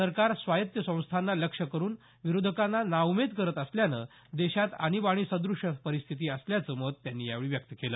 सरकार स्वायत्त संस्थांना लक्ष्य करून विरोधकांना नाउमेद करत असल्यानं देशात आणीबाणीसद्रष्य परिस्थिती असल्याचं मत त्यांनी यावेळी व्यक्त केलं